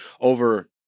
over